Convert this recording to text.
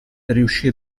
riuscì